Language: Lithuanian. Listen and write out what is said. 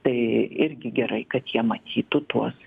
tai irgi gerai kad jie matytų tuos